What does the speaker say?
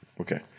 Okay